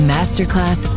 Masterclass